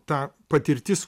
ta patirtis